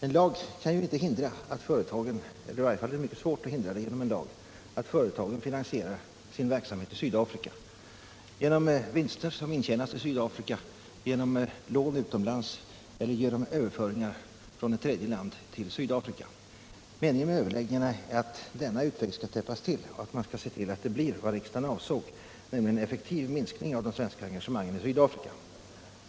En lag kan ju inte hindra, i varje fall är det mycket svårt, att företagen finansierar sin verksamhet i Sydafrika genom vinster som intjänats där, genom lån utomlands eller genom överföringar från ett tredje land. Meningen med överläggningarna är att förhindra den utvecklingen och förverkliga det som riksdagen avsåg, nämligen en effektiv minskning av de svenska engagemangen i Sydafrika.